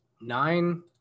nine